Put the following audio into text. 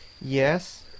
Yes